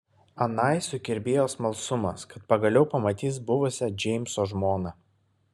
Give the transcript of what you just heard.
anai sukirbėjo smalsumas kad pagaliau pamatys buvusią džeimso žmoną